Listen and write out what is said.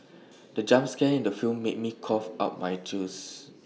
the jump scare in the film made me cough out my juice